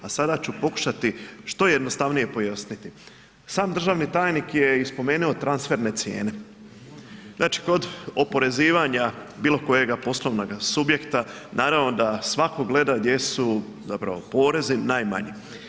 A sada ću pokušati što jednostavnije pojasniti, sam državni tajnik je spomenuo transferne cijene, znači kod oporezivanja bilo kojeg poslovnog subjekta naravno da svako gleda gdje su porezni najmanji.